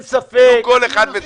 תנו כל אחד בתורו.